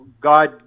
God